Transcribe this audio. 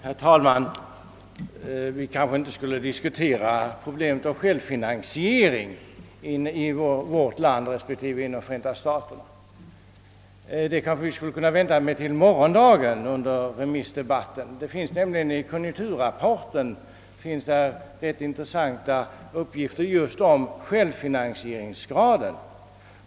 Herr talman! Vi kanske inte skall diskutera problemet självfinansiering i Sverige och Förenta staterna, utan vänta med detta till remissdebatten i morgon. Det finns nämligen rätt intressanta uppgifter i konjunkturrapporten om just självfinansieringsgraden.